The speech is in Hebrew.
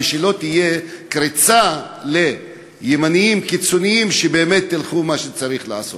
ולא תהיה קריצה לימנים קיצונים שבאמת ילכו לעשות